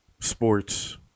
Sports